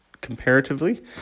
comparatively